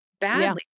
badly